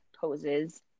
poses